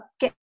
get